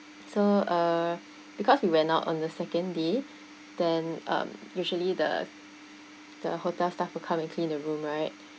so uh because we went out on the second day then um usually the the hotel staff will come and clean the room right